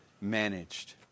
managed